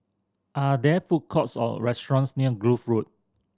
are there food courts or restaurants near Kloof Road